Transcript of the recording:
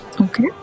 Okay